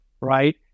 right